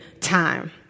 time